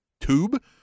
tube